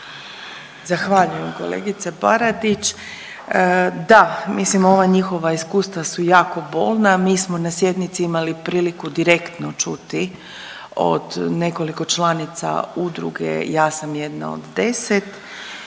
Zahvaljujem kolegice Baradić. Da, mislim ova njihova iskustva su jako bolna. Mi smo na sjednici imali priliku direktno čuti od nekoliko članica Udruge Ja sam 1 od 10